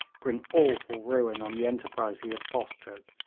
bring awful ruin on the enterprise he had fostered,